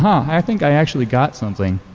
i think i actually got something.